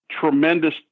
tremendous